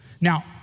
Now